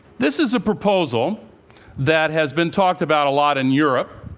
this is a proposal that has been talked about a lot in europe.